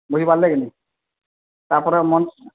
ବୁଝିପାରିଲେକି ନାଇଁ ତାପରେ